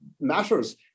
matters